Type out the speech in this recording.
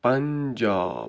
Punjab